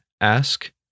Ask